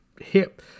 hip